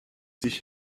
sich